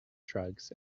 drugs